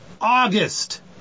August